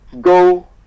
go